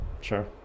Sure